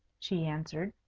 she answered.